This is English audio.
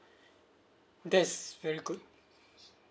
that's very good